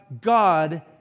God